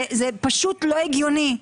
זה פשוט לא הגיוני.